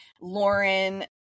Lauren